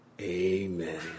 Amen